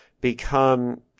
become